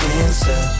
answer